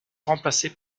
remplacé